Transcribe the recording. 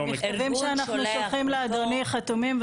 מכתבים שאנחנו שולחים לאדוני חתומים,